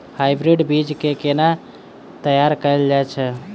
Hybrid बीज केँ केना तैयार कैल जाय छै?